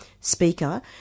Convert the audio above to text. speaker